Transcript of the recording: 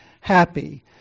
happy